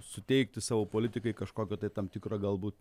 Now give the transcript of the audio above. suteikti savo politikai kažkokio tai tam tikrą galbūt